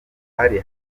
hari